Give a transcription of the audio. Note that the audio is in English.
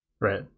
Right